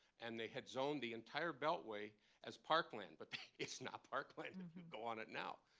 and they had zoned the entire beltway as park land. but it's not park land and if you go on it now.